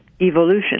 evolution